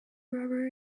rubber